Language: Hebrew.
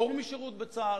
פטור משירות בצה"ל,